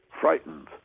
frightened